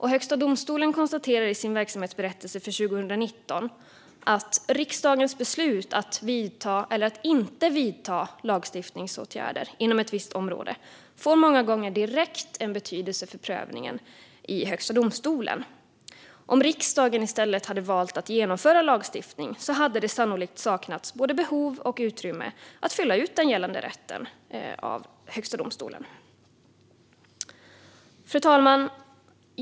Högsta domstolen konstaterar i sin verksamhetsberättelse för 2019 att riksdagens beslut att vidta eller att inte vidta lagstiftningsåtgärder inom ett visst område många gånger får en direkt betydelse vid prövningen i Högsta domstolen. Om riksdagen i stället hade valt att genomföra lagstiftning hade det sannolikt saknats både behov och utrymme för Högsta domstolen att fylla ut den gällande rätten. Fru talman!